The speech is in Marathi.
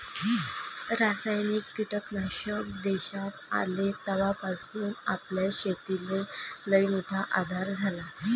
रासायनिक कीटकनाशक देशात आले तवापासून आपल्या शेतीले लईमोठा आधार झाला